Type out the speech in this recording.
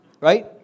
Right